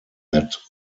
that